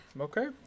Okay